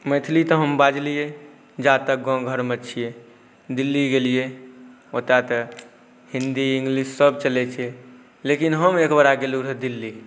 मैथिली तऽ हम बाजलिए जा तक गाम घरमे छिए दिल्ली गेलिए ओतऽ तऽ हिन्दी इङ्गलिश सब चलै छै लेकिन हम एकबेरा गेल रहौँ दिल्ली